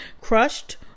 crushed